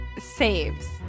saves